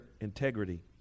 integrity